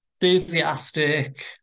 enthusiastic